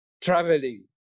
traveling